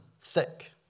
thick